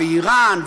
ואיראן,